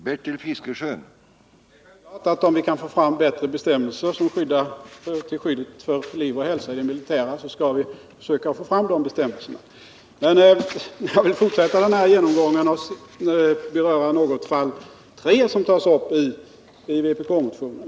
Herr talman! Det är klart att det vore bra om vi kunde få fram bättre bestämmelser när det gäller skyddet av liv och hälsa i det militära. Men jag vill fortsätta den här genomgången och beröra fall 3 som tas upp i vpk-motionen.